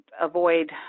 avoid